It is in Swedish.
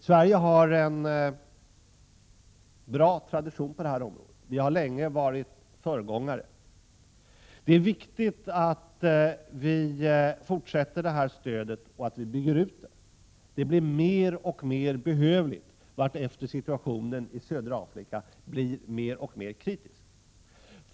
Sverige har en bra tradition på detta område. Vi har länge varit föregångare. Det är viktigt att vi fortsätter med detta stöd och bygger ut det. Det blir mer och mer behövligt allteftersom situationen i södra Afrika blir mer och mer kritisk.